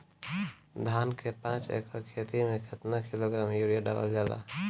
धान के पाँच एकड़ खेती में केतना किलोग्राम यूरिया डालल जाला?